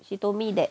she told me that